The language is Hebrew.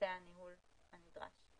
והתבצע ניהול כנדרש.